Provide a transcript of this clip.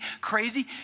crazy